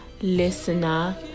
listener